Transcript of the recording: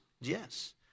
yes